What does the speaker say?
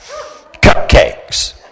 cupcakes